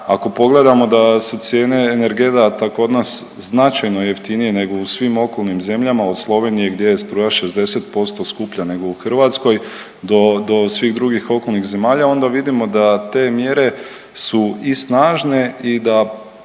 ako pogledamo da su cijene energenata kod nas značajno jeftinije nego u svim okolnim zemljama, od Slovenije gdje je struja 60% skuplja nego u Hrvatskoj do, do svih drugih okolnih zemalja, onda vidimo da te mjere su i snažne i da